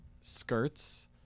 skirts